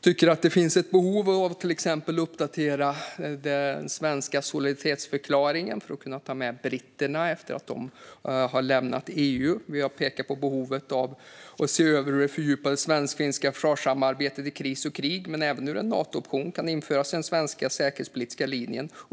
tycker att det finns ett behov av att exempelvis uppdatera den svenska solidaritetsförklaringen för att kunna ta med britterna efter att de har lämnat EU. Vi har pekat på behovet av att se över och fördjupa det svensk-finska försvarssamarbetet i kris och krig men även hur en Nato-option kan införas i den svenska säkerhetspolitiska linjen.